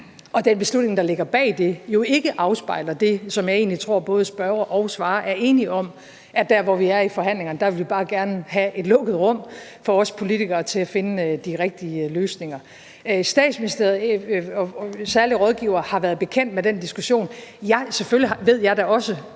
og den beslutning, der ligger bag det, jo ikke afspejler det, som jeg egentlig tror både spørger og svarer er enige om, nemlig at der, hvor vi er i forhandlingerne, vil vi bare gerne have et lukket rum for os politikere til at finde de rigtige løsninger. Statsministeriets særlige rådgivere har været bekendt med den diskussion. Selvfølgelig ved jeg da også,